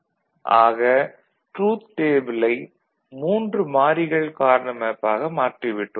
Y FABC Σ m24567 ஆக truth டேபிளை 3 மாறிகள் கார்னா மேப்பாக மாற்றி விட்டோம்